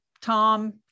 Tom